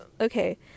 okay